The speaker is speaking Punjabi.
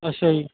ਅੱਛਾ ਜੀ